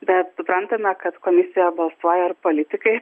bet suprantame kad komisijoje balsuoja ir politikai